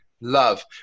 love